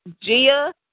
Gia